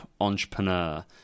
entrepreneur